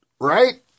right